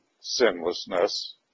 sinlessness